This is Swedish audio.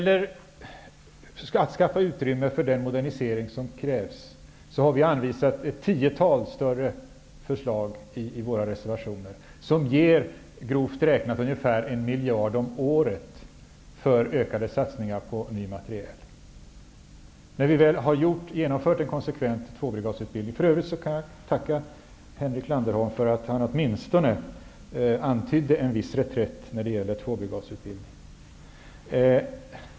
För att skapa utrymme för den modernisering som krävs har vi fört fram ett tiotal större förslag i våra reservationer, förslag som grovt räknat ger ungefär 1 miljard om året till ökade satsningar på ny materiel när en konsekvent tvåbrigadsutbildning har genomförts. För övrigt vill jag tacka Henrik Landerholm för att han åtminstone antydde en viss reträtt när det gäller tvåbrigadsutbildning.